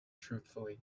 truthfully